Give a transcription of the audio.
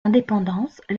indépendance